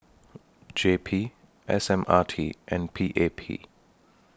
J P S M R T and P A P